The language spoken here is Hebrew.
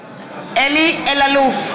אלאלוף,